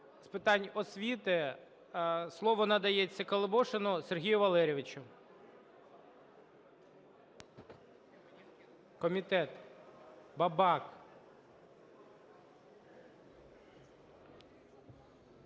з питань освіти. Слово надається Колебошину Сергію Валерійовичу. Комітет, Бабак.